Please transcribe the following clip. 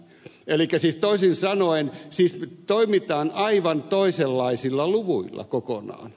elikkä toisin sanoen siis toimitaan aivan toisenlaisilla luvuilla kokonaan